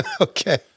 Okay